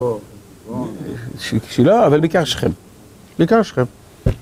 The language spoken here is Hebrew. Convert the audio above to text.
שלא, אבל ביקשכם. ביקשכם.